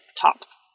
tops